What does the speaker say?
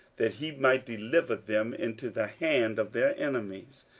that he might deliver them into the hand of their enemies,